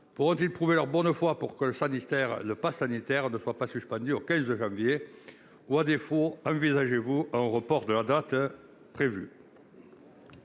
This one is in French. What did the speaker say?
pourront prouver leur bonne foi afin que leur passe sanitaire ne soit pas suspendu le 15 janvier ? Sinon, envisagez-vous un report de la date prévue ?